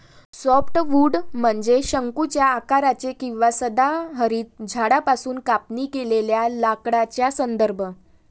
softwood म्हणजे शंकूच्या आकाराचे किंवा सदाहरित झाडांपासून कापणी केलेल्या लाकडाचा संदर्भ